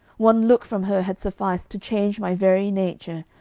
one look from her had sufficed to change my very nature.